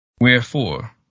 Wherefore